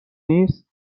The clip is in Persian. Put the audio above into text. نیست